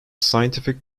scientific